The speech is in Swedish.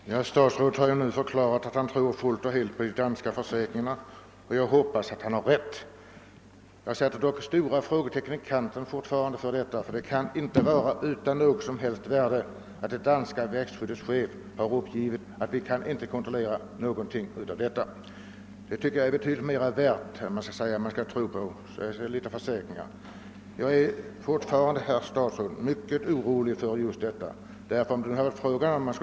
Herr talman! Statsrådet har förklarat att han helt och fullt tror på de danska försäkringarna, och jag hoppas att det kommer att visa sig att han får rätt. Jag sätter dock fortfarande stora frågetecken i kanten — det kan inte vara helt gripet ur luften när det danska växtskyddets chef uppger att ingenting kan kontrolleras. Jag tycker det finns större anledning att tro på ett sådant uttalande än på andra försäkringar. Jag är fortfarande, herr statsråd, mycket orolig för denna import från Danmark.